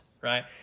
right